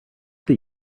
that